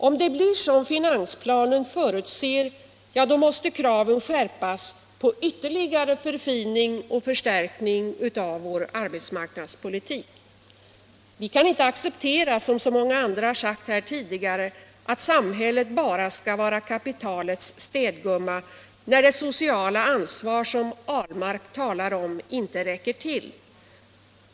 Om det blir så som finansplanen förutsätter — ja, då måste kraven skärpas på ytterligare förfining och förstärkning av vår arbetsmarknadspolitik. Som så många andra har sagt här tidigare kan vi inte acceptera att samhället bara skall vara kapitalets städgumma, när det sociala ansvar som herr Ahlmark talar om inte räcker till.